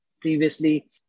previously